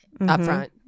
upfront